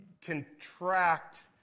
contract